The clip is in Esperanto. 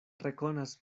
rekonas